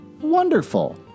wonderful